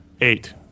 eight